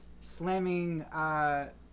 slamming